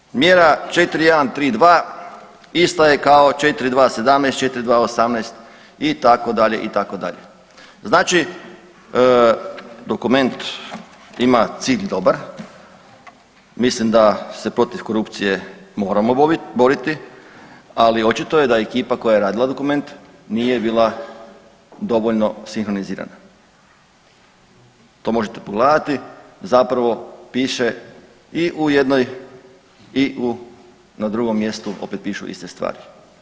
Nadalje, mjera 4.1.3.2. ista je kao 4.2.17., 4.2.18. itd., itd. znači dokument ima cilj dobar, mislim da se protiv korupcije moramo boriti, ali očito je da ekipa koja je radila dokument nije bila dovoljno sinkronizirana, to možete pogledati, zapravo piše i u jednom i na drugom mjestu opet pišu iste stvari.